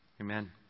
amen